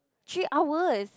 three hours